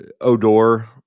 odor